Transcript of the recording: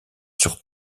sur